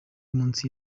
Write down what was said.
munsi